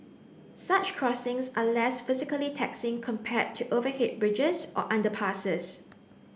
such crossings are less physically taxing compared to overhead bridges or underpasses